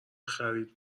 خرید